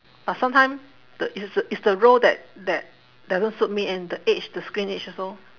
but sometime the it's the it's the role that that doesn't suit me and the age the screen age also